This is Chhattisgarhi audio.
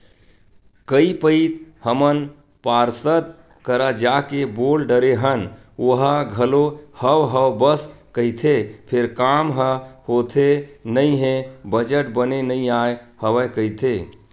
कई पइत हमन पार्षद करा जाके बोल डरे हन ओहा घलो हव हव बस कहिथे फेर काम ह होथे नइ हे बजट बने नइ आय हवय कहिथे